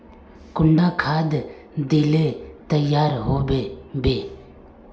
कुंडा खाद दिले तैयार होबे बे?